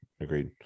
Agreed